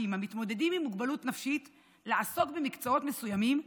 המתמודדים עם מוגבלות נפשית לעסוק במקצועות מסוימים,